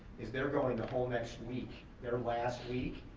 is they're going the whole next week, their last week,